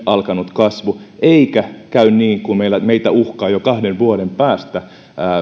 alkanut kasvu ettei käy niin että meitä uhkaa jo kahden vuoden päästä